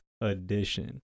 edition